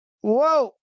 whoa